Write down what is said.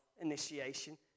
initiation